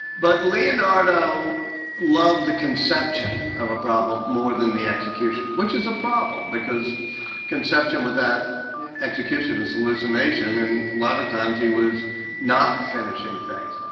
but leonardo loved the conception of a problem more than the execution, which is a problem. because conception without execution is hallucination. and a lot of times he was not finishing things.